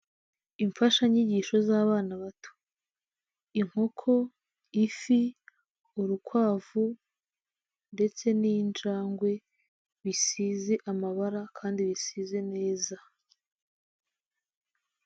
Imfashanyigisho z'abana bato, inkoko, ifi, urukwavu ndetse n'injangwe, bisize amabara kandi bisize neza.